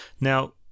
Now